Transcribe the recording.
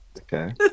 Okay